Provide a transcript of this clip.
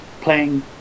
playing